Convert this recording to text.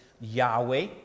yahweh